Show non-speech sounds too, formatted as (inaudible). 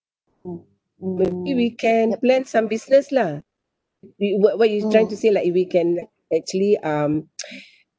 if we can plan some business lah we what what you're trying to say like if we can uh actually um (noise) (breath)